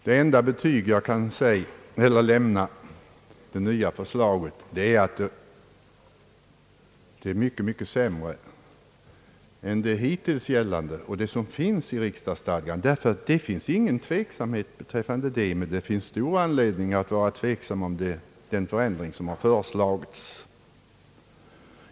Det enda betyg jag kan ge detta nya förslag är att det leder till en mycket sämre ordning än vad som hittills gällt och som finns i riksdagsstadgan. Ingen tveksamhet kan råda beträffande det, men man har stor anledning att hysa tveksamhet om den nu föreslagna ändringen.